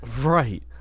right